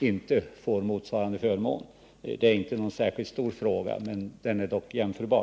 Detta är inte någon särskilt stor fråga, men jämförelsen med föräldraförsäkringen tycker jag dock kan göras.